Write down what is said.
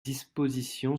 disposition